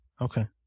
Okay